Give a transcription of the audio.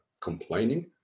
complaining